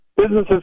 Businesses